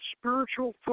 spiritual